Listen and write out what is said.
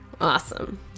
Awesome